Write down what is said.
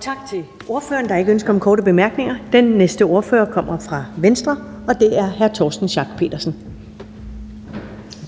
Tak til ordføreren. Der er ikke nogen ønsker om korte bemærkninger. Den næste ordfører kommer fra Venstre, og det er hr. Torsten Schack Pedersen.